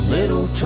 Little